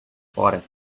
fora